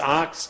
ox